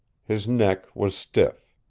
his neck was stiff.